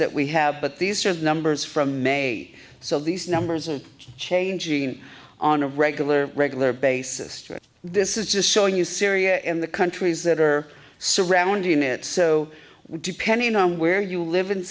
that we have but these are the numbers from may so these numbers are changing on a regular regular basis to it this is just showing you syria and the countries that are surrounding it so depending on where you live in